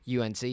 UNC